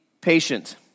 patient